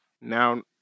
now